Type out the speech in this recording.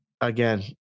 again